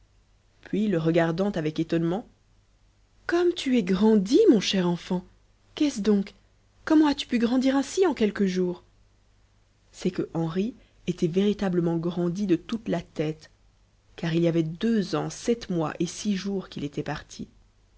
puis le regardant avec étonnement comme tu es grandi mon cher enfant qu'est-ce donc comment as-tu pu grandir ainsi en quelques jours c'est que henri était véritablement grandi de toute la tête car il y avait deux ans sept mois et six jours qu'il était parti